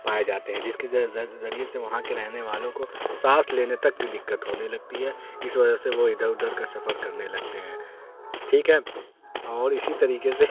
پائے جاتے ہیں جس کی ذریعے سے وہاں کے رہنے والوں کو سانس لینے تک کی دقت ہونے لگتی ہے اس وجہ سے وہ ادھر ادھر کا سفر کرنے لگتے ہیں ٹھیک ہے اور اسی طریقے سے